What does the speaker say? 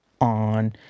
on